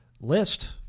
list